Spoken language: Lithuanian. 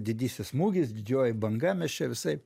didysis smūgis didžioji banga mes čia visaip